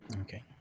Okay